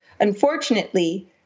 Unfortunately